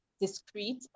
discreet